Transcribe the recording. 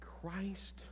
Christ